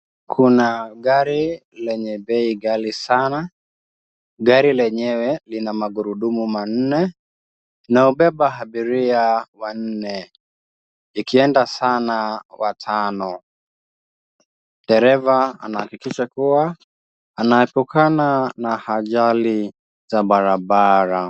Kuna gari lenye bei ghali sana. Gari lenyewe lina magurudumu manne na hubeba abiria wanne, ikienda sana watano. Dereva anahakikisha kuwa anatokana na ajali za barabara.